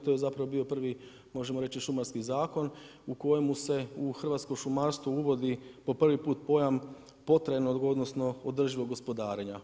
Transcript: To je zapravo bio prvi možemo reći Šumarski zakon u kojemu se u hrvatsko šumarstvo uvodi po prvi put pojam potrajnog odnosno održivog gospodarenja.